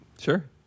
Sure